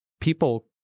people